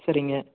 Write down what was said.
சரிங்க